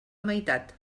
meitat